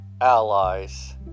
allies